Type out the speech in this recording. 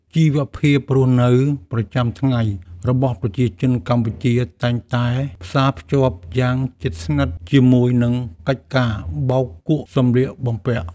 ជីវភាពរស់នៅប្រចាំថ្ងៃរបស់ប្រជាជនកម្ពុជាតែងតែផ្សារភ្ជាប់យ៉ាងជិតស្និទ្ធជាមួយនឹងកិច្ចការបោកគក់សម្លៀកបំពាក់។